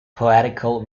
poetical